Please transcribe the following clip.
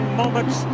moments